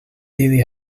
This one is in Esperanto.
ili